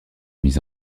mise